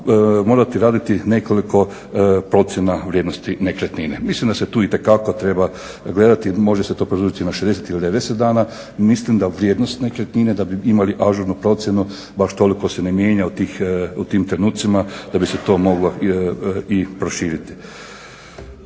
morati raditi nekoliko procjena vrijednosti nekretnine. Mislim da se tu itekako treba gledati, može se to produžiti na 60 ili 90 dana, mislim da vrijednost nekretnine da bi imali ažurnu procjenu baš toliko se ne mijenja u tim trenucima da bi se to moglo i proširiti.